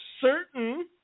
certain